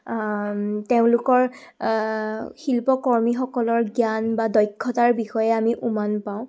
তেওঁলোকৰ শিল্পকৰ্মীসকলৰ জ্ঞান বা দক্ষতাৰ বিষয়ে আমি উমান পাওঁ